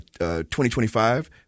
2025